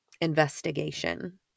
investigation